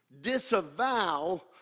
disavow